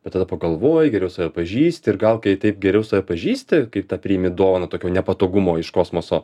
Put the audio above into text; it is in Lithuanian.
bet tada pagalvoji geriau save pažįsti ir gal kai taip geriau save pažįsti kai tą priimi dovaną tokio nepatogumo iš kosmoso